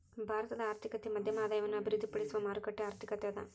ಭಾರತದ ಆರ್ಥಿಕತೆ ಮಧ್ಯಮ ಆದಾಯವನ್ನ ಅಭಿವೃದ್ಧಿಪಡಿಸುವ ಮಾರುಕಟ್ಟೆ ಆರ್ಥಿಕತೆ ಅದ